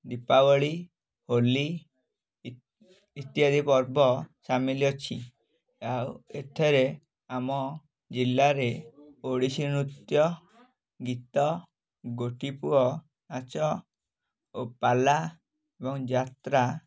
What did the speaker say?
ଦୀପାବଳି ହୋଲି ଇତ୍ୟାଦି ପର୍ବ ସାମିଲ ଅଛି ଆଉ ଏଥିରେ ଆମ ଜିଲ୍ଲାରେ ଓଡ଼ିଶୀ ନୃତ୍ୟ ଗୀତ ଗୋଟିପୁଅ ନାଚ ଓ ପାଲା ଏବଂ ଯାତ୍ରା